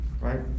right